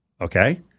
Okay